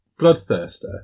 bloodthirster